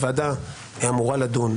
שהוועדה אמורה לדון,